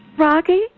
Rocky